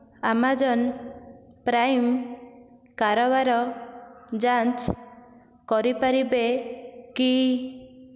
Amazon prime କାରବାର ଯାଞ୍ଚ କରିପାରିବେ କି